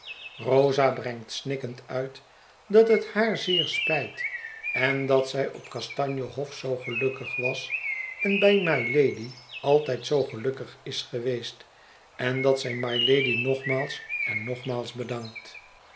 rosa brengt snikkend uit dat het haar zeer spijt en dat zij op kastanje hof zoo gelukkig was en bij mylady altijd zoo gelukkig is geweest en dat zij mylady nogmaals en nogmaals bedankt